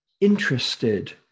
interested